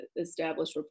established